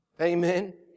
Amen